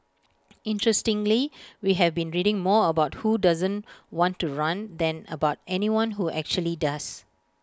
interestingly we have been reading more about who doesn't want to run than about anyone who actually does